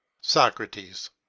Socrates